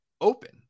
open